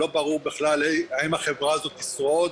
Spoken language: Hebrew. לא ברור בכלל האם החברה הזאת תשרוד,